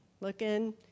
looking